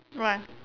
right